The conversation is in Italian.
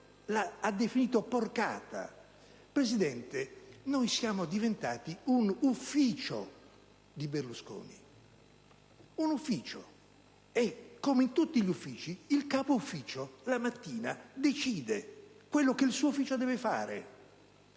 Presidente, noi siamo diventati un ufficio di Berlusconi e, come in tutti gli uffici, il capoufficio la mattina decide quello che il suo ufficio deve fare: